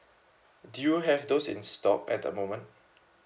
do you have those in stock at the moment